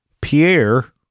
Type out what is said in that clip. Pierre